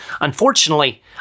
Unfortunately